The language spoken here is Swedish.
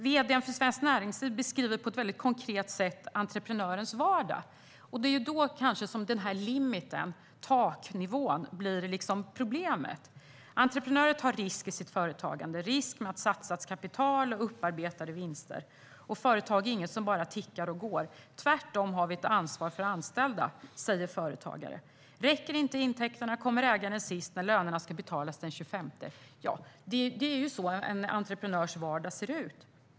Vd:n för Svenskt Näringsliv beskriver på ett mycket konkret sätt entreprenörens vardag. Det är kanske då som denna limit, taknivån, blir problemet. Entreprenörer tar risker i sitt företagande - risker med satsat kapital och upparbetade vinster. Företag är inget som bara tickar och går. Tvärtom har de ett ansvar för anställda. Räcker inte intäkterna kommer ägaren sist när lönerna ska betalas den 25:e. Det är så en entreprenörs vardag ser ut.